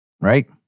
right